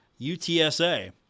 UTSA